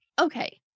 Okay